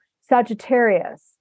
sagittarius